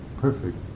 perfect